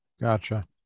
Gotcha